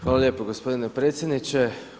Hvala lijepo gospodine predsjedniče.